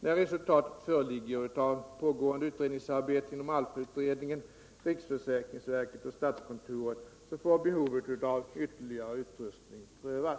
När resultat föreligger av pågående utredningsarbete inom ALLFA utredningen, riksförsäkringsverket och statskontoret, får behovet av ytterligare utrustning prövas.